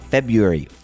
February